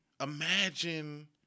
imagine